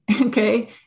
Okay